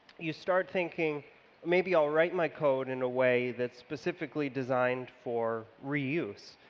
you started thinking maybe i'll write my code in a way that's specifically designed for reuse,